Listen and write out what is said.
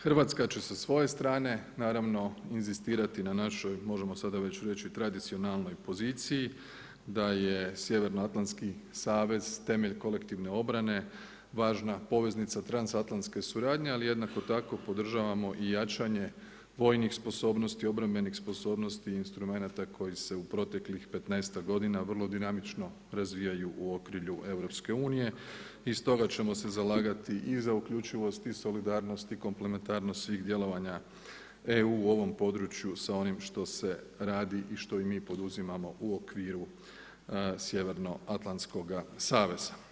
Hrvatska će sa svoje strane naravno, inzistirati na našoj, možemo sada već reći tradicionalnoj poziciji, da je Sjevernoatlantski savez temelj kolektivne obrane važna poveznica transatlantske suradnje ali jednako tako podržavamo i jačanje vojnih sposobnosti, obrambenih sposobnosti, instrumenata koji se u proteklih petnaestak godina vrlo dinamično razvijaju u okrilju EU-a i stoga ćemo se zalagati i za uključivost i solidarnost i komplementarnost svih djelovanja EU u ovom području sa onim što se radi i što mi poduzimamo u okviru Sjevernoatlantskoga saveza.